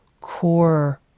core